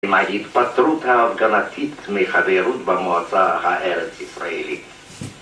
עם ההתפטרות ההפגנתית מחברות במועצה הארץ ישראלית.